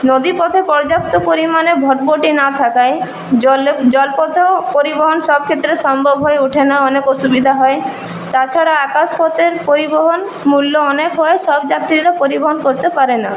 নদীপথে পর্যাপ্ত পরিমাণে ভটভটি না থাকায় জলপথেও পরিবহন সব ক্ষেত্রে সম্ভব হয়ে ওঠে না অনেক অসুবিধা হয় তাছাড়া আকাশপথের পরিবহন মূল্য অনেক হয় সব যাত্রীরা পরিবহন করতে পারে না